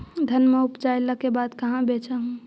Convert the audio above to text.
धनमा उपजाईला के बाद कहाँ बेच हू?